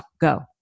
go